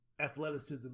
athleticism